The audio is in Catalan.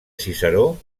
ciceró